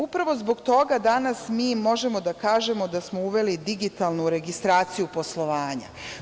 Upravo zbog toga danas mi možemo da kažemo da smo uveli digitalnu registraciju poslovanja.